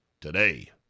Today